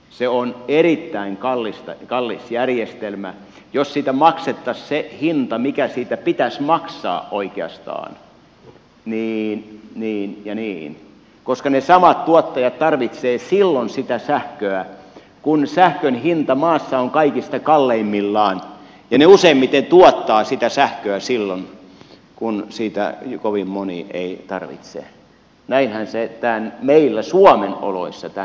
se on erittäin kallis järjestelmä jos siitä maksettaisiin se hinta mikä siitä pitäisi maksaa oikeastaan koska ne samat tuottajat tarvitsevat sitä sähköä silloin kun sähkön hinta maassa on kaikista kalleimmillaan ja ne useimmiten tuottavat sitä sähköä silloin kun sitä kovin moni ei tarvitse näinhän se että meillä suomen oloissa tai